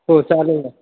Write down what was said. हो चालेल ना